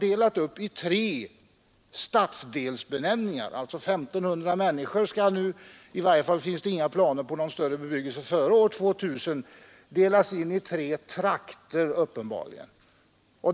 Hetsregisterrefor Bergums socken hade delats upp i tre stadsdelar som fått olika benämningar.